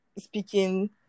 speaking